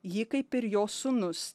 ji kaip ir jo sūnus